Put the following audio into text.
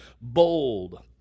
bold